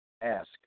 ask